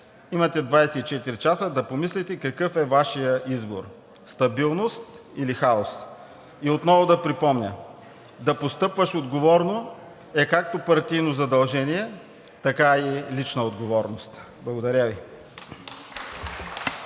имате 24 часа да помислите какъв е Вашият избор: стабилност или хаос! И отново да припомня: да постъпваш отговорно е както партийно задължение, така и лична отговорност. Благодаря Ви.